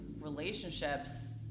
relationships